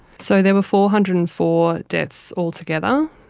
so there were four hundred and four deaths altogether.